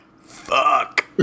Fuck